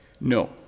No